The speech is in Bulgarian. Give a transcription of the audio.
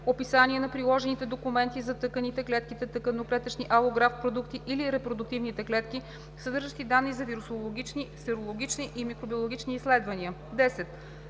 описание на приложените документи за тъканите/клетките/тъканно-клетъчни алографт продукти или репродуктивните клетки, съдържащи данни за вирусологични, серологични и микробиологични изследвания;